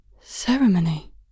ceremony